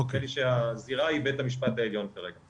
נדמה לי שהזירה היא בית המשפט העליון כרגע.